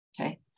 Okay